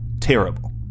terrible